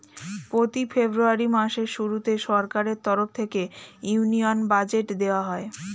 প্রতি ফেব্রুয়ারি মাসের শুরুতে সরকারের তরফ থেকে ইউনিয়ন বাজেট দেওয়া হয়